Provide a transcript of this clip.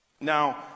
Now